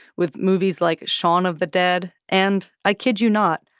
with movies like shaun of the dead and, i kid you not,